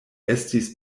estis